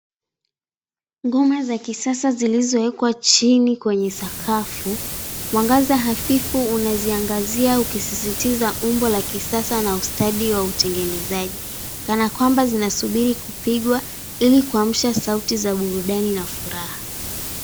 Ngoma za kisasa zilizoekwa chini kwenye sakafu. Mwangaza hafifu unaziangazia ukisisitiza umbo la kisasa na ustadi wa utengenezaji kanakwamba zinasubiri kupigwa ili kuamsha sauti za burudani na furaha.